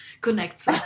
connects